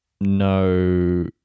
no